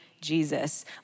Jesus